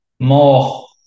more